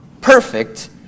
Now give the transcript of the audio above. perfect